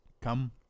come